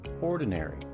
ordinary